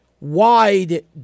wide